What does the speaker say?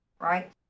right